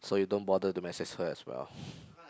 so you don't bother to message her as well